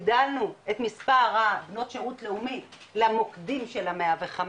הגדלנו את מספר הבנות שירות לאומי למוקדים של ה-105,